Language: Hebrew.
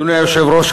אדוני היושב-ראש,